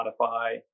Spotify